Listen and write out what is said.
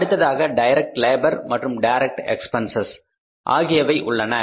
அடுத்ததாக direct labour மற்றும் direct expenses ஆகியவை உள்ளன